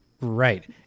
Right